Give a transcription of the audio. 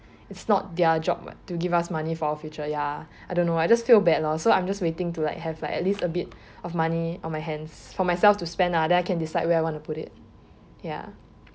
it's not their job [what] to give us money for our future ya I don't know I just feel bad lor so I am just waiting to like have like at least a bit of money on my hands for myself to spend lah then I can decide where I want to put it ya